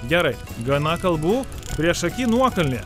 gerai gana kalbų priešaky nuokalnė